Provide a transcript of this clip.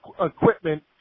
equipment